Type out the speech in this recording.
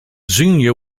xenia